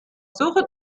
suche